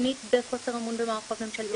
שנית, בחוסר אמון במערכות ממשלתיות.